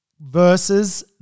versus